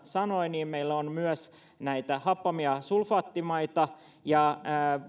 sanoi meillä on myös näitä happamia sulfaattimaita ja